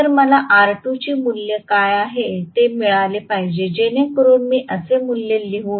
तर मला R2 ची मूल्य काय आहे ते मिळाले पाहिजे जेणेकरुन मी असे मूल्य लिहू